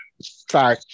sorry